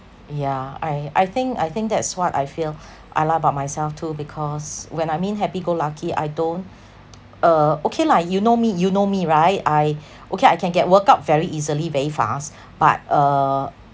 yeah I I think I think that's what I feel I like about myself too because when I mean happy go lucky I don't uh okay lah you know me you know me right I okay I can get work up very easily very fast but uh